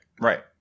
Right